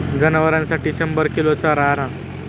जनावरांसाठी शंभर किलो चारा आणा